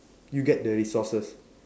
you get the resources